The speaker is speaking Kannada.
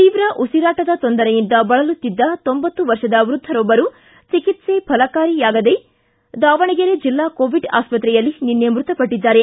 ತೀವ್ರ ಉಸಿರಾಟದ ತೊಂದರೆಯಿಂದ ಬಳಲುತ್ತಿದ್ದ ತೊಂಬತ್ತು ವರ್ಷದ ವೃದ್ಧರೊಬ್ಬರು ಚಿಕಿತ್ಸೆ ಫಲಕಾರಿಯಾಗದೇ ದಾವಣಗೆರೆ ಜಿಲ್ಲಾ ಕೋವಿಡ್ ಆಸ್ಪತ್ರೆಯಲ್ಲಿ ನಿನ್ನೆ ಮೃತಪಟ್ಟದ್ದಾರೆ